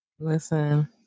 Listen